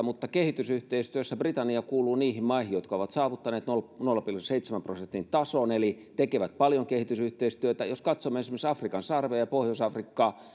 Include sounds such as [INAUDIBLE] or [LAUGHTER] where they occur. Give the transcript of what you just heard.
mutta kehitysyhteistyössä britannia kuuluu niihin maihin jotka ovat saavuttaneet nolla nolla pilkku seitsemän prosentin tason eli tekevät paljon kehitysyhteistyötä jos katsomme esimerkiksi afrikan sarvea ja pohjois afrikkaa [UNINTELLIGIBLE]